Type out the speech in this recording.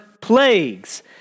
plagues